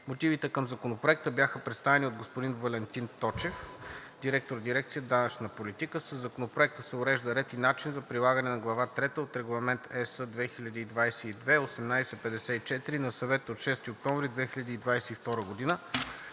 Мотивите към Законопроекта бяха представени от господин Валентин Точев – директор на дирекция „Данъчна политика“. Със Законопроекта се уреждат редът и начинът за прилагане на Глава III от Регламент (ЕС) 2022/1854 на Съвета от 6 октомври 2022 г.